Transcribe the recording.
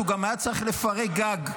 הוא גם היה צריך לפרק גג.